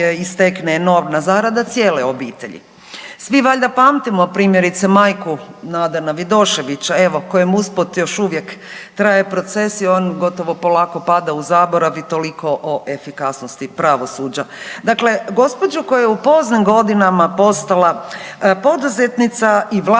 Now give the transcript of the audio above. i stekne enormna zarada cijele obitelji. Svi valjda pamtimo, primjerice majku Nadana Vidoševića, evo, kojem usput, još uvijek traje proces i on gotovo polako pada u zaborav i toliko o efikasnosti pravosuđa. Dakle, gđu. koja je u poznim godinama postala poduzetnica i vlasnica